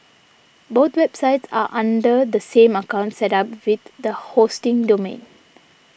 both websites are under the same account set up with the hosting domain